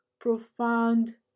profound